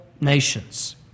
nations